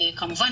כמובן,